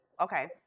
Okay